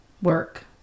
work